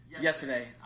Yesterday